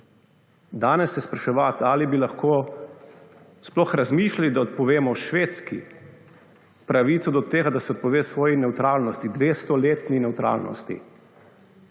Danes se spraševati, ali bi lahko sploh razmišljali, da odpovemo Švedski pravico do tega, da se odpove svoji nevtralnosti, dvestoletni nevtralnosti,